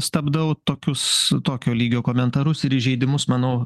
stabdau tokius tokio lygio komentarus ir įžeidimus manau